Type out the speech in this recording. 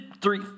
three